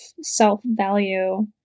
self-value